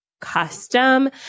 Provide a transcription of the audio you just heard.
custom